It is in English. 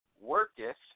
worketh